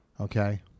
Okay